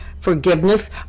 forgiveness